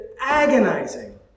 agonizing